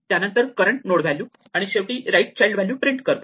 त्यानंतर current node value आणि शेवटी राईट चाइल्ड व्हॅल्यू प्रिंट करतो